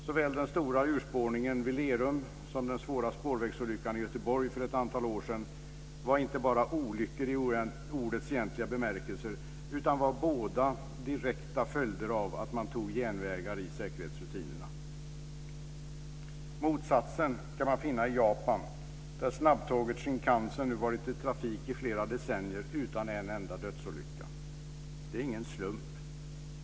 Såväl den stora urspårningen vid Lerum som den svåra språvägsolyckan i Göteborg för ett antal år sedan var inte bara olyckor i ordets egentliga bemärkelse utan båda var direkta följder av att man tog genvägar i fråga om säkerhetsrutinerna. Motsatsen kan man finna i Japan, där snabbtåget Shinkansen nu varit i trafik i flera decennier utan en enda dödsolycka. Det är ingen slump.